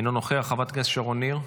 אינו נוכח, חברת הכנסת שרון ניר,